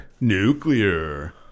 Nuclear